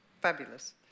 Fabulous